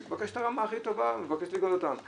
הוא מבקש את הרמה הכי טובה ומבקש --- ודאי